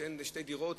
שאין שתי דירות,